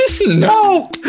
No